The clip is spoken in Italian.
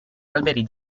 alberi